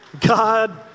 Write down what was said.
God